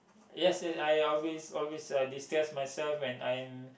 yes yes I always always uh destress myself when I am